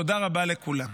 תודה רבה לכולם.